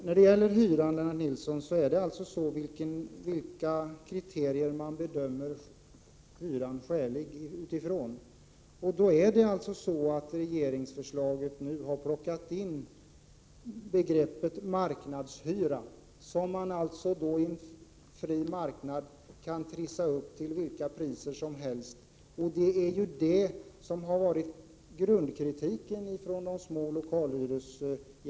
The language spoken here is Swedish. När det gäller hyran, Lennart Nilsson, handlar det om vilka kriterier som man skall utgå från för att bedöma om hyran är skälig. I regeringsförslaget har det alltså nu plockats in begreppet marknadshyra, som man på en fri marknad således kan trissa upp till vilka priser som helst. Det är ju detta som har varit grunden för den kritik från förhyrarna av de små lokalerna.